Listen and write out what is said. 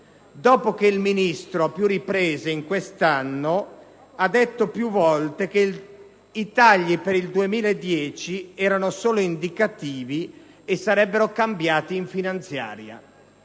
dopo che il Ministro a più riprese in questo anno ha detto più volte che i tagli per il 2010 erano solo indicativi e che sarebbero cambiati in finanziaria.